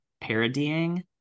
parodying